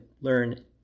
learn